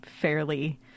fairly